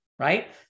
Right